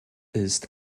ist